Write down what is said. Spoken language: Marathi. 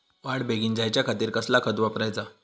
वाढ बेगीन जायच्या खातीर कसला खत वापराचा?